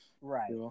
right